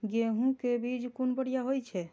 गैहू कै बीज कुन बढ़िया होय छै?